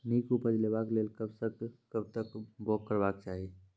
नीक उपज लेवाक लेल कबसअ कब तक बौग करबाक चाही?